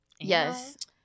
yes